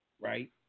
right